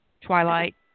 Twilight